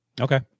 okay